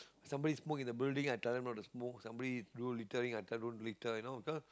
somebody smoke in the building I tell them not to smoke somebody do littering I tell them don't you know because